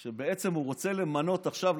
שהוא רוצה למנות עכשיו,